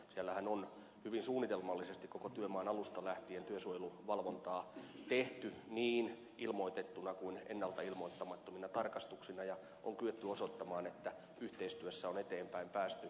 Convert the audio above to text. siellähän on hyvin suunnitelmallisesti koko työmaan alusta lähtien työsuojeluvalvontaa tehty niin ilmoitettuina kuin myös ennalta ilmoittamattomina tarkastuksina ja on kyetty osoittamaan että yhteistyössä on eteenpäin päästy